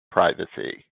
privacy